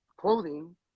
clothing